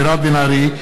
מירב בן ארי,